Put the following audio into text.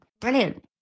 Brilliant